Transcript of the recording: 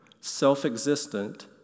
self-existent